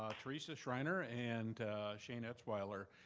ah teresa schreiner, and shane etzwiler.